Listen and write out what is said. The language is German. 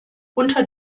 unter